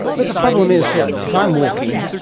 but the problem is that if i'm walking,